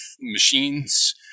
machines